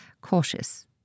cautious